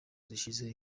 zishe